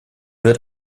wird